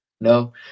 no